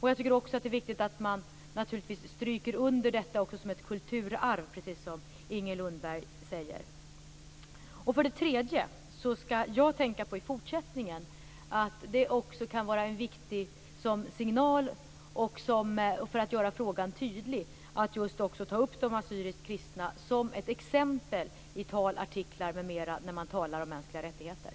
Jag tycker också att det är viktigt att man stryker under detta som ett kulturarv, precis som För det tredje skall jag i fortsättningen tänka på att det också kan vara en viktig signal för att göra frågan tydlig att just ta upp de assyriskt kristna som ett exempel i tal, artiklar, m.m. när man talar om mänskliga rättigheter.